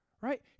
right